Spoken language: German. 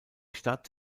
stadt